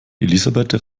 elisabeth